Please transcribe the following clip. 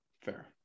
fair